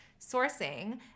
sourcing